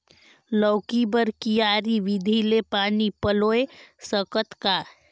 लौकी बर क्यारी विधि ले पानी पलोय सकत का?